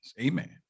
amen